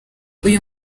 uyu